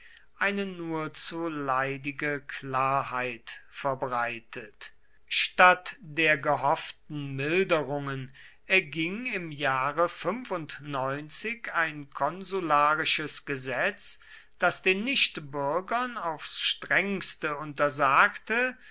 eine nur zu leidige klarheit verbreitet statt der gehofften milderungen erging im jahre ein konsularisches gesetz das den nichtbürgern aufs strengste untersagte